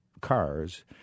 cars